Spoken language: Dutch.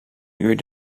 uur